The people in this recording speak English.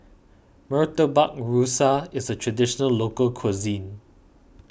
Murtabak Rusa is a Traditional Local Cuisine